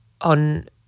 on